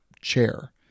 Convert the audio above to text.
chair